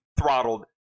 Throttled